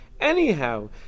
Anyhow